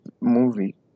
movie